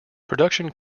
production